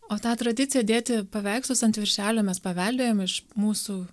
o tą tradiciją dėti paveikslus ant viršelio mes paveldėjome iš mūsų